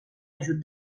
ajut